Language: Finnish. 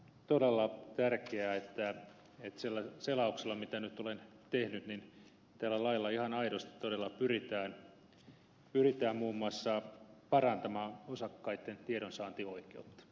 korostaakseni muutamaa kohtaa totean sillä selauksella mitä olen nyt tehnyt että on todella tärkeää että tällä lailla ihan aidosti todella pyritään muun muassa parantamaan osakkaitten tiedonsaantioikeutta